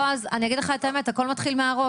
בועז, אני אגיד לך את האמת: הכול מתחיל מהראש.